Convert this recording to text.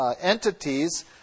entities